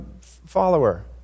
follower